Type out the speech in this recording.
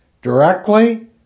directly